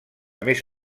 més